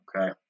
Okay